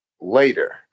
later